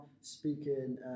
speaking